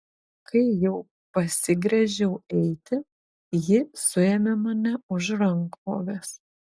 kai jau pasigręžiau eiti ji suėmė mane už rankovės